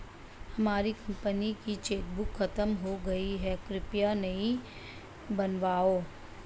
हमारी कंपनी की चेकबुक खत्म हो गई है, कृपया नई बनवाओ